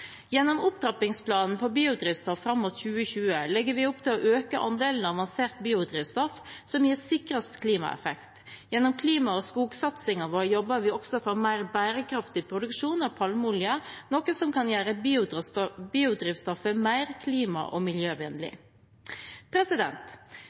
Gjennom opptrappingsplanen for biodrivstoff fram mot 2020 legger vi opp til å øke andelen avansert biodrivstoff, som gir sikrest klimaeffekt. Gjennom klima- og skogsatsingen vår jobber vi også for mer bærekraftig produksjon av palmeolje, noe som kan gjøre biodrivstoffet mer klima- og